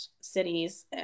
cities